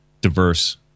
diverse